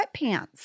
sweatpants